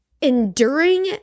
enduring